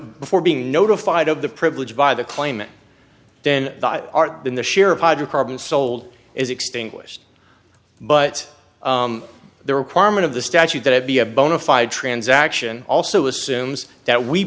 before being notified of the privilege by the claimant then the art than the share of hydrocarbon sold is extinguished but the requirement of the statute that it be a bona fide transaction also assumes that we